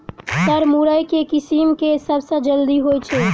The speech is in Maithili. सर मुरई केँ किसिम केँ सबसँ जल्दी होइ छै?